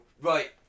right